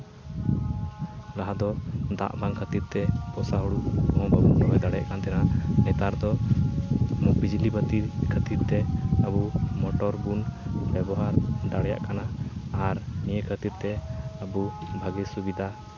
ᱞᱟᱦᱟ ᱫᱚ ᱫᱟᱜ ᱵᱟᱝ ᱠᱷᱟᱹᱛᱤᱨ ᱛᱮ ᱦᱩᱲᱩ ᱦᱚᱸᱵᱚᱱ ᱨᱚᱦᱚᱭ ᱫᱟᱲᱮᱭᱟᱜ ᱠᱟᱱ ᱛᱟᱦᱮᱱᱟ ᱱᱮᱛᱟᱨ ᱫᱚ ᱵᱤᱡᱽᱞᱤ ᱵᱟᱹᱛᱤ ᱠᱷᱟᱹᱛᱤᱨ ᱛᱮ ᱟᱵᱚ ᱢᱚᱴᱚᱨ ᱵᱚᱱ ᱵᱮᱵᱚᱦᱟᱨ ᱫᱟᱲᱮᱭᱟᱜ ᱠᱟᱱᱟ ᱟᱨ ᱱᱤᱭᱟᱹ ᱠᱷᱟᱹᱛᱤᱨ ᱛᱮ ᱟᱵᱚ ᱵᱷᱟᱹᱜᱤ ᱥᱩᱵᱤᱫᱟ